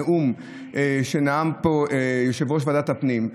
נאום שנאם פה יושב-ראש ועדת הפנים,